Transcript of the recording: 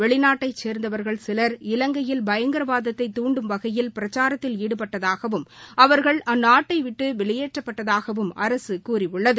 வெளிநாட்டைச் சேர்ந்தவர்கள் சிலர் இலங்கையில் பயங்கரவாதத்தை தூண்டும் வகையில் பிரக்சாரத்தில் ஈடுபட்டதாகவும் அவர்கள் அந்நாட்டை விட்டு வெளியேற்றப்பட்டதாகவும் அரசு கூறியுள்ளது